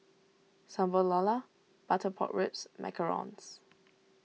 Sambal Lala Butter Pork Ribs Macarons